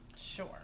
Sure